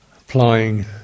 applying